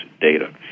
data